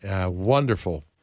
wonderful